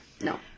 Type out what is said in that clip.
No